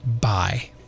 Bye